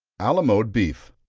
alamode beef.